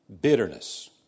bitterness